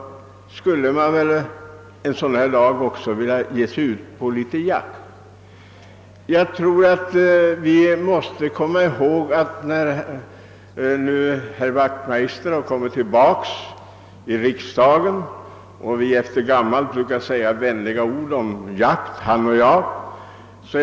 Därför vill jag ta till orda en sådan här dag. Herr Wachtmeister har nu kommit tillbaka till riksdagen, och vi brukar sedan gammalt säga vänliga ord om jakt till varandra.